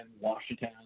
Washington